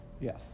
Yes